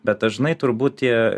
bet dažnai turbūt tie